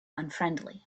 unfriendly